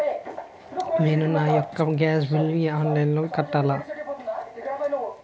నేను నా యెక్క గ్యాస్ బిల్లు ఆన్లైన్లో ఎలా కట్టాలి?